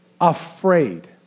afraid